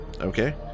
Okay